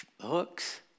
hooks